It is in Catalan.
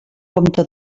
compte